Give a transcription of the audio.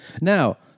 Now